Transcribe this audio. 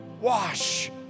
wash